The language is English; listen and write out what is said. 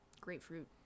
grapefruit